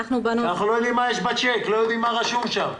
אנחנו לא יודעים מה רשום בצ'ק.